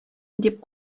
дип